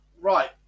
Right